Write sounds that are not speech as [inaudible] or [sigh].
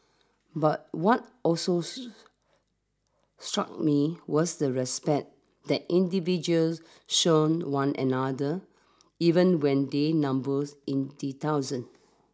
but one also [unintelligible] struck me was the respect that individuals shown one another even when they numbers in the thousands